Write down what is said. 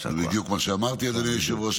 זה בדיוק מה שאמרתי, אדוני היושב-ראש.